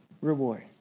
reward